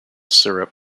syrup